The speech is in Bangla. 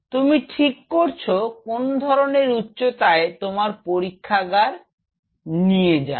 তুমি ঠিক করেছো কোন ধরনের উচ্চতায় তোমার পরীক্ষাগার নিয়ে যাবে